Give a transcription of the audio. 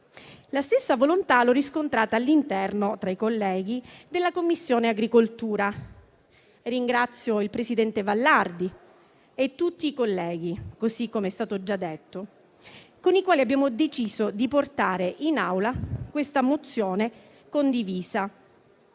la stessa volontà tra i colleghi della Commissione agricoltura; ringrazio il presidente Vallardi e tutti i colleghi, così come è stato già detto, con i quali abbiamo deciso di portare in Assemblea questa mozione condivisa